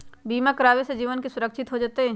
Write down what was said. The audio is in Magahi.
बीमा करावे से जीवन के सुरक्षित हो जतई?